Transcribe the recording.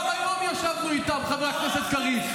גם היום ישבנו איתן, חבר הכנסת קריב.